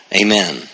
Amen